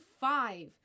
five